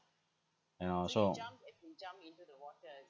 and also